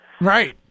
Right